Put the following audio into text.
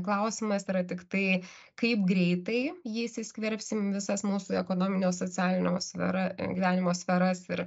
klausimas yra tiktai kaip greitai ji įsiskverbs į visas mūsų ekonominio socialinio sfera gyvenimo sferas ir